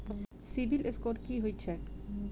CIBIL score की होइत छैक?